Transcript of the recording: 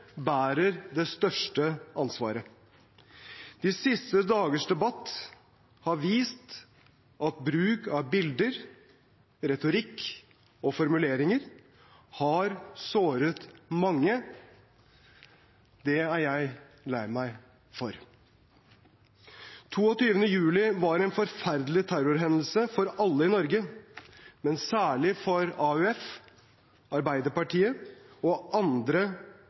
bærer det største ansvaret. De siste dagers debatt har vist at bruk av bilder, retorikk og formuleringer har såret mange. Det er jeg lei meg for. 22. juli var en forferdelig terrorhendelse for alle i Norge, men særlig for AUF, Arbeiderpartiet og andre